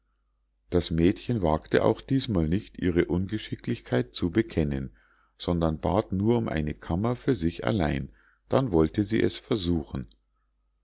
das mädchen wagte auch diesmal nicht ihre ungeschicklichkeit zu bekennen sondern bat nur um eine kammer für sich allein dann wollte sie es versuchen